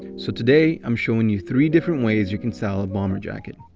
so, today, i'm showing you three different ways you can style a bomber jacket.